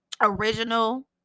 original